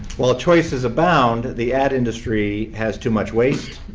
while choices abound, the ad industry has too much waste,